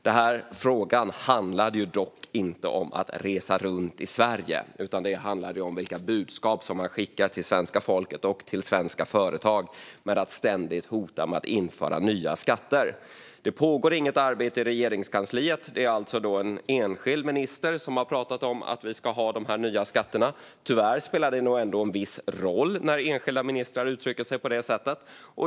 Den här frågan handlade dock inte om att resa runt i Sverige. Den handlade om vilka budskap man skickar till svenska folket och till svenska företag med att ständigt hota med att införa nya skatter. Det pågår inget arbete i Regeringskansliet. Det är alltså en enskild minister som har pratat om att vi ska ha de här nya skatterna. Tyvärr spelar det nog ändå en viss roll när enskilda ministrar uttrycker sig på det sättet.